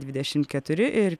dvidešimt keturi ir